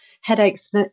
headaches